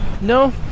No